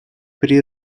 при